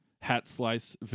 hat-slice